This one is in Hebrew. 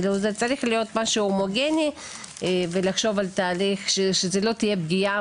זה צריך להיות משהו הומוגני ושלא תהיה פגיעה